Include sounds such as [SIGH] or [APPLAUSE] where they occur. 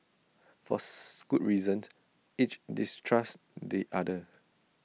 for [NOISE] good reasons each distrusts the other